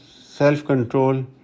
self-control